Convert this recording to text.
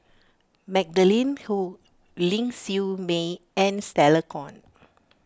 Magdalene Khoo Ling Siew May and Stella Kon